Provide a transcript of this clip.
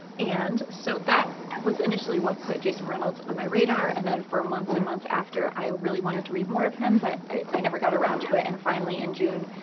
and so that was initially what put jason reynolds on my radar, and then for months and months after, i really wanted to read more of him, but i never got around to it, and finally in june,